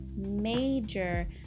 major